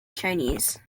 chinese